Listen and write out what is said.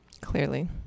Clearly